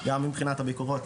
גם מבחינת הביקורות,